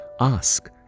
Ask